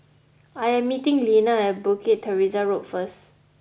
I am meeting Lenna at Bukit Teresa Road first